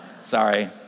Sorry